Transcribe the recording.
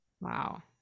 Wow